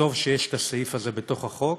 וטוב שהסעיף הזה בתוך החוק.